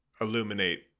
illuminate